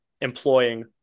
employing